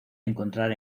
encontrar